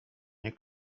nie